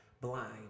blind